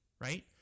right